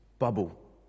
bubble